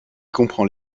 comprend